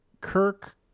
Kirk